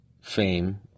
fame